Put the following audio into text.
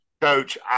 Coach